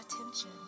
attention